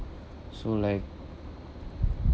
so like